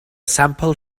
sampl